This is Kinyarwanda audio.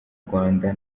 rwanda